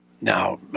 Now